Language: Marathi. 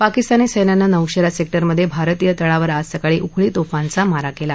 पाकिस्तानी सस्तिनं नौशप्त सक्टिरमध्य भारतीय तळावर आज सकाळी उखळी तोफांचा मारा कल्ला